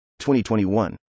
2021